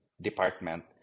department